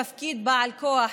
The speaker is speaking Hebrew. תפקיד בעל כוח,